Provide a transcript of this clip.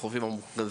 על החופים המוכרזים.